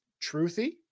truthy